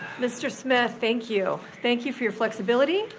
mr. smith, thank you. thank you for your flexibility.